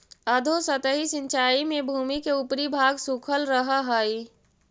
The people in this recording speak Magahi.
अधोसतही सिंचाई में भूमि के ऊपरी भाग सूखल रहऽ हइ